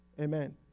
Amen